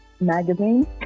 Magazine